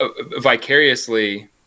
vicariously